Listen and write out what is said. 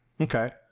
Okay